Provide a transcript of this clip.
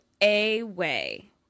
away